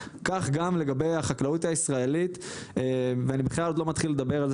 כך גם לגביי החקלאות הישראלית ואני בכלל עוד לא מתחיל לדבר על זה